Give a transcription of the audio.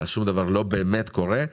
אז שום דבר לא באמת קורה.